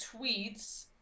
tweets